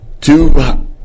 two